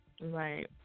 Right